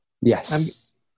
Yes